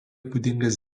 būdingas